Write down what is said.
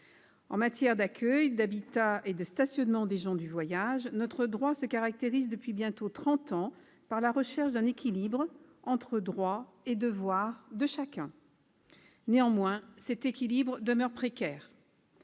En matière d'accueil, d'habitat et de stationnement des gens du voyage, notre droit se caractérise depuis bientôt trente ans par la recherche d'un équilibre entre droits et devoirs de chacun. Néanmoins, cet équilibre demeure précaire.